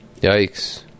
Yikes